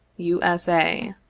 u. s. a.